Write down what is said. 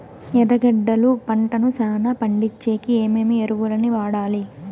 ఎర్రగడ్డలు పంటను చానా పండించేకి ఏమేమి ఎరువులని వాడాలి?